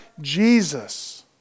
Jesus